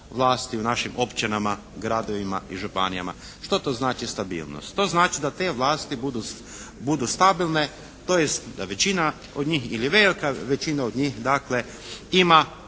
vlasti u našim općinama, gradovima i županijama. Što to znači stabilnost? To znači da te vlasti budu stabilne, tj. da većina od njih ili velika većina od njih dakle ima